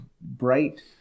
bright